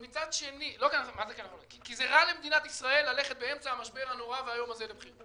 כי זה רע למדינת ישראל ללכת באמצע המשבר הנורא והאיום הזה לבחירות,